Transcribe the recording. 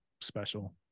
special